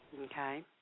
Okay